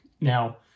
Now